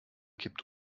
kippt